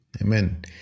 amen